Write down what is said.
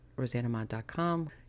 Rosanamod.com